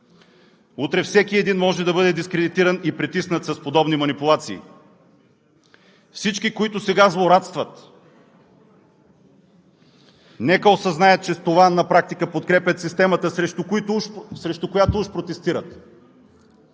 утре всеки един може да бъде дискредитиран и притиснат с подобни манипулации. Всички, които сега злорадстват, нека осъзнаят, че с това на практика подкрепят системата, срещу която уж протестират.